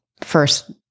first